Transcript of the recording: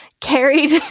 carried